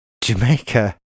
Jamaica